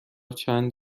چند